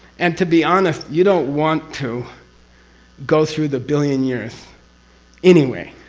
and to be honest, you don't want to go through the billion years anyway!